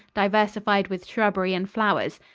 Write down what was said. diversified with shrubbery and flowers.